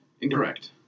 Incorrect